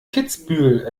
kitzbühel